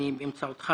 באמצעותך,